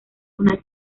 una